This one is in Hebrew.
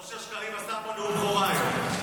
אושר שקלים עשה פה נאום בכורה היום.